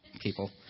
people